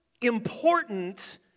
important